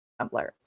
Tumblr